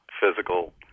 physical